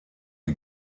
die